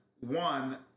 one